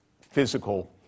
physical